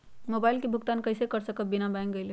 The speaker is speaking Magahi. मोबाईल के भुगतान कईसे कर सकब बिना बैंक गईले?